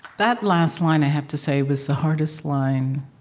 that last line, i have to say, was the hardest line